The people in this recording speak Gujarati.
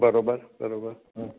બરોબર બરોબર